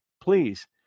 please